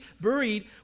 buried